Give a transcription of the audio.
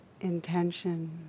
intention